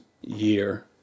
year